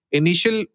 initial